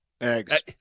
Eggs